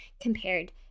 compared